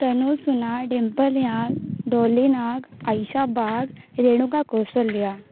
Tanu Suna Dimple Doli Nag Aisha Bag Renuka Kaushalya